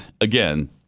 again